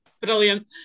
Brilliant